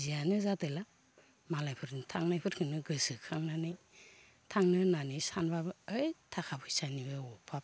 दा जियानो जादोला मालायफोरनो थांनायफोरखोनो गोसो खांनानै थांनो होननानै सानब्लाबो ओइ थाखा फैसानिबो अभाब